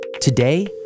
Today